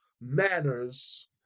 manners